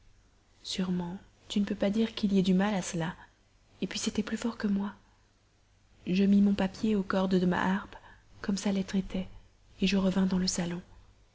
tu ne peux pas dire qu'il y ait du mal à cela puis c'était plus fort que moi je mis mon papier aux cordes de ma harpe comme sa lettre était je revins dans le salon